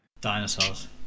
Dinosaurs